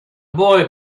boy